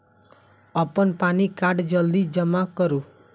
अप्पन PAN card जल्दी जमा करू?